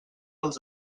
als